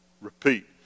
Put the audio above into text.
repeat